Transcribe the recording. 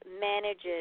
manages –